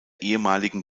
ehemaligen